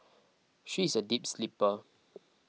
she is a deep sleeper